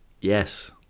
Yes